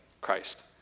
Christ